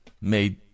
made